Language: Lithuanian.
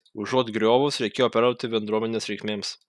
užuot griovus reikėjo perduoti bendruomenės reikmėms